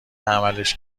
عملش